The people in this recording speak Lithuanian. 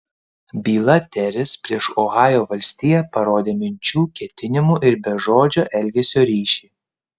byla teris prieš ohajo valstiją parodė minčių ketinimų ir bežodžio elgesio ryšį